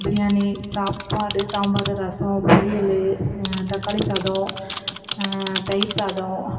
பிரியாணி சாப்பாடு சாம்பார் ரசம் பொரியல் தக்காளி சாதம் தயிர் சாதம்